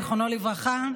זיכרונו לברכה,